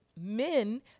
men